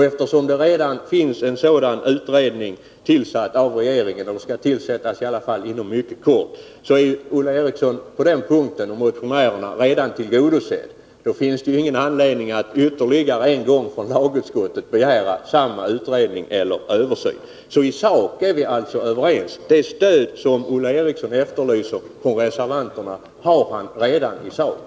Eftersom en sådan utredning inom mycket kort tid skall tillsättas av regeringen är Olle Eriksson och motionärerna på den punkten redan tillgodosedda. Då finns det ingen anledning att lagutskottet ytterligare en gång begär samma översyn. I sak är vi alltså överens. Det stöd som Olle Eriksson efterlyser från reservanterna har han redan i sak.